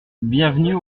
bienvenue